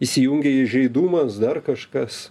įsijungia įžeidumas dar kažkas